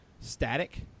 Static